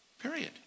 Period